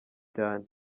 cyane